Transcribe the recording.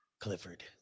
Clifford